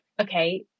okay